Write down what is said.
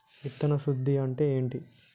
విత్తన శుద్ధి అంటే ఏంటి?